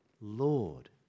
Lord